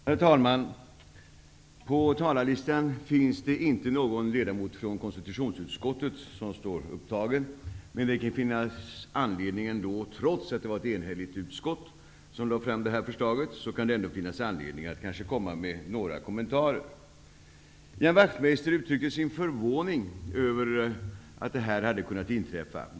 Herr talman! På talarlistan finns det inte någon ledamot från konstitutionsutskottet upptagen, men trots att det var ett enigt utskott som lade fram det här förslaget kan det finnas anledning att komma med några kommentarer. Ian Wachtmeister uttrycker sin förvåning över att det här kunde inträffa.